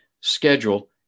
schedule